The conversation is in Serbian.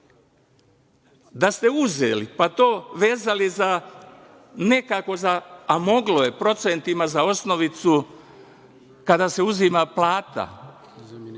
Da ste uzeli, pa to vezali, nekako, a moglo je, procentima za osnovicu kada se uzima plata